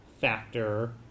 factor